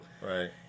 Right